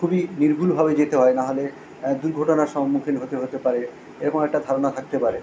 খুবই নির্ভুলভাবে যেতে হয় নাহালে দুর্ঘটনার সম্মুখীন হতে হতে পারে এরকম একটা ধারণা থাকতে পারে